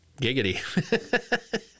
Giggity